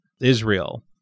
Israel